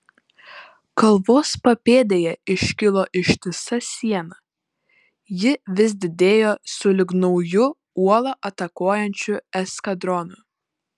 kalvos papėdėje iškilo ištisa siena ji vis didėjo sulig nauju uolą atakuojančiu eskadronu